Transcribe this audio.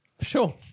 Sure